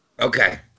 Okay